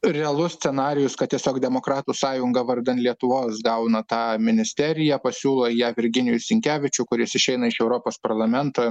realus scenarijus kad tiesiog demokratų sąjunga vardan lietuvos gauna tą ministeriją pasiūlo į ją virginijų sinkevičių kuris išeina iš europos parlamento